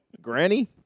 Granny